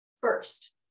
first